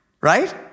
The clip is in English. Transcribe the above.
Right